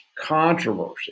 controversy